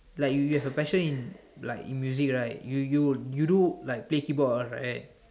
like if you have passion in like music right you you you do play keyboard one right